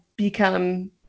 become